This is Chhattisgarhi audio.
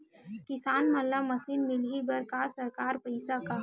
किसान मन ला मशीन मिलही बर सरकार पईसा का?